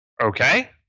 Okay